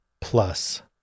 plus